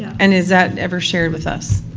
and is that ever shared with us?